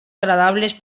agradables